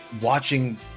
watching